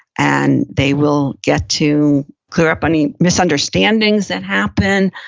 and they will get to clear up any misunderstandings that happen.